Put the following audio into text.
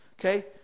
Okay